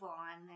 on